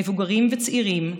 מבוגרים וצעירים,